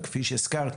כפי שהזכרת,